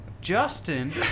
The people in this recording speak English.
Justin